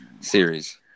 series